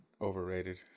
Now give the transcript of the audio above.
overrated